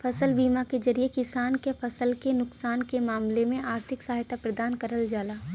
फसल बीमा के जरिये किसान क फसल के नुकसान के मामले में आर्थिक सहायता प्रदान करल जाला